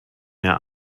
mehr